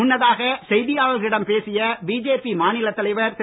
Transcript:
முன்னதாக செய்தியாளர்களிடம் பேசிய பிஜேபி மாநிலத் தலைவர் திரு